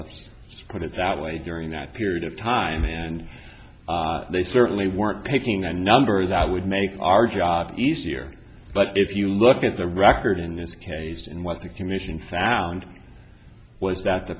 us put it that way during that period of time and they certainly weren't picking a number that would make our job easier but if you look at the record in this case and what the commission found was that the